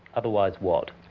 otherwise what?